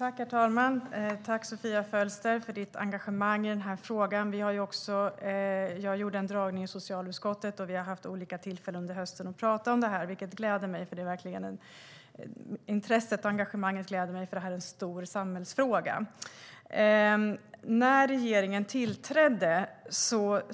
Herr talman! Tack, Sofia Fölster, för ditt engagemang i frågan! Jag har gjort en dragning i socialutskottet, och vi har haft olika tillfällen under hösten då vi har pratat om det här. Intresset och engagemanget gläder mig, för det är en stor samhällsfråga. När regeringen tillträdde